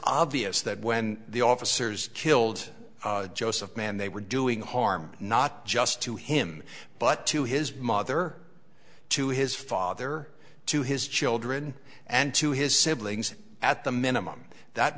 obvious that when the officers killed joseph man they were doing harm not just to him but to his mother to his father to his children and to his siblings at the minimum that